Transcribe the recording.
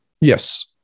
Yes